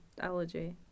allergy